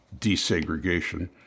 desegregation